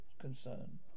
concern